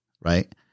right